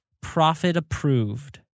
profit-approved